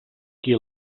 qui